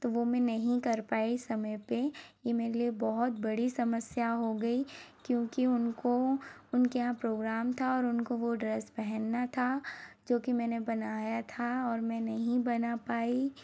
तो वो मैं नहीं कर पाई समय पे ये मेरे लिए बहुत बड़ी समस्या हो गई क्योंकि उनको उनके यहाँ प्रोग्राम था और उनको वो ड्रेस पहनना था जो कि मैंने बनाया था और मैं नहीं बना पाई